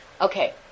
Okay